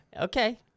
Okay